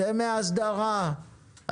אני רוצה רגע אחד לשים אתכם על ציר הזמן,